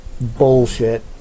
bullshit